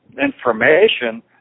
information